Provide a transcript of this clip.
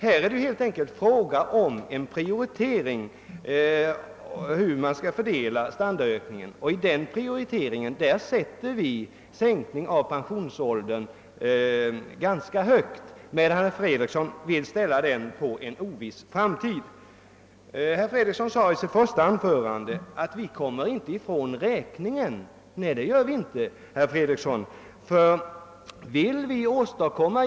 Här måste det helt enkelt göras en prioritering med avseende på fördelningen av standardökningen, och vi reservanter sätter då en sänkning av pensionsåldern ganska högt, medan herr Fredriksson vill ställa den på en oviss framtid. Herr Fredriksson sade i sitt första anförande att vi inte kommer ifrån räkningen. Nej, det gör vi inte.